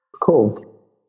Cool